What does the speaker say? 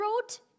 wrote